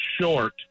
short